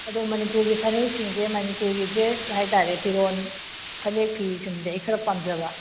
ꯑꯗꯣ ꯃꯅꯤꯄꯨꯔꯒꯤ ꯐꯅꯦꯛꯁꯤꯡꯁꯦ ꯃꯅꯤꯄꯨꯔꯒꯤ ꯗ꯭ꯔꯦꯁ ꯍꯥꯏ ꯇꯥꯔꯦ ꯐꯤꯔꯣꯜ ꯐꯅꯦꯛ ꯐꯤꯁꯤꯡꯁꯦ ꯑꯩ ꯈꯔ ꯄꯥꯝꯖꯕ